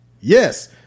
Yes